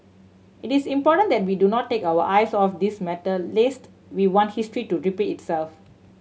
it is important that we do not take our eyes off this matter lest we want history to repeat itself